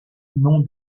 non